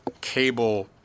cable –